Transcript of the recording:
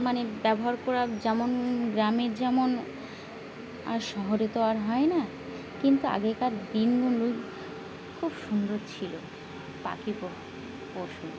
মানে ব্যবহার করা যেমন গ্রামের যেমন আর শহরে তো আর হয় না কিন্তু আগেকার দিনগুলো খুব সুন্দর ছিলো পাখি প পশু